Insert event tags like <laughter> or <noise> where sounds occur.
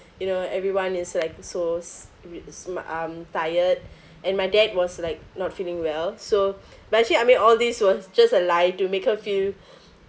you know everyone is like so sm~ um tired <breath> and my dad was like not feeling well so <breath> but actually I mean all these was just a lie to make her feel <breath>